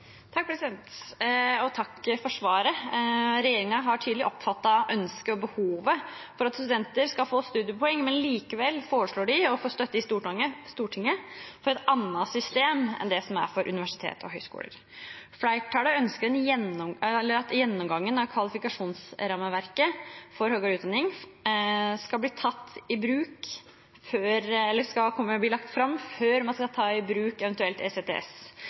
Takk for svaret. Regjeringen har tydelig oppfattet ønsket og behovet for at studenter skal få studiepoeng, men likevel foreslår de å få støtte i Stortinget for et annet system enn det som er for universiteter og høyskoler. Flertallet ønsker at gjennomgangen av kvalifikasjonsrammeverket for høyere utdanning skal bli lagt fram før man eventuelt skal ta i bruk ECTS. Da lurer jeg på når og hvor raskt denne vurderingen blir gjort, og hvilke tanker eventuelt statsråden har for fagskolenes plass i NKR. I ECTS?